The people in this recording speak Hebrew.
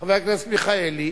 חבר הכנסת מיכאלי.